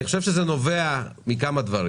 אני חושב שזה נובע מכמה דברים.